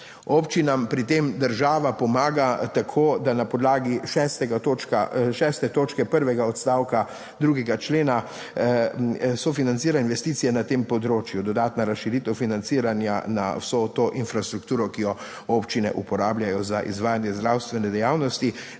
Občinam pri tem država pomaga tako, da na podlagi 6. točke prvega odstavka 2. člena sofinancira investicije na tem področju. Dodatna razširitev financiranja na vso to infrastrukturo, ki jo občine uporabljajo za izvajanje zdravstvene dejavnosti